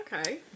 Okay